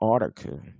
article